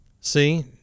see